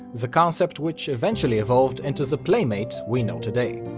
the concept which eventually evolved into the playmate we know today.